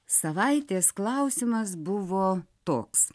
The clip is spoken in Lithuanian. savaitės klausimas buvo toks